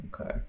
Okay